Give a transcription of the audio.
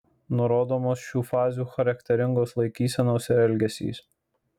nurodomos šių fazių charakteringos laikysenos ir elgesys